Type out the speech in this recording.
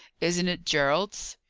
isn't it gerald's?